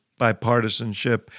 bipartisanship